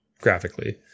Graphically